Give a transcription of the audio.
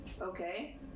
Okay